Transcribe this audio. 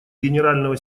генерального